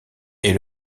est